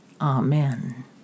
Amen